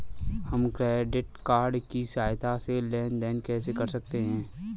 हम credit card की सहायता से लेन देन कैसे कर सकते हैं?